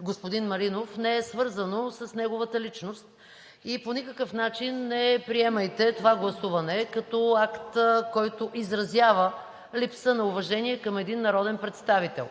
господин Маринов не е свързан с неговата личност и по никакъв начин не приемайте това гласуване като акт, който изразява липса на уважение към един народен представител.